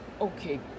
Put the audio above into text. okay